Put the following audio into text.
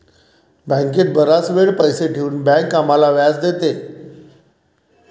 बँकेत बराच वेळ पैसे ठेवून बँक आम्हाला व्याज देते